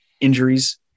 injuries